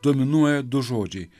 dominuoja du žodžiai